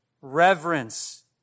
reverence